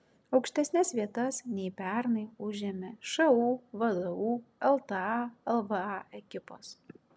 aukštesnes vietas nei pernai užėmė šu vdu lta lva ekipos